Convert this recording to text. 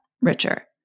richer